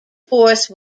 force